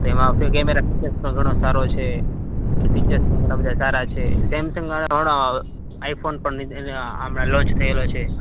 તેમાં આવશે camera feature પણ ઘણો સારો છે અને ફીચર્સ પણ ઘણા બધા સારા છે સેમસંગનો આઇફોન પણ હમણાં લોન્ચ થયેલો છે